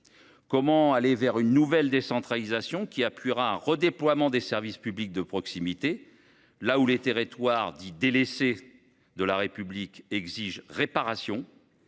Comment aller vers une nouvelle décentralisation fondant un redéploiement des services publics de proximité, là où les territoires dits « délaissés » de la République exigent réparation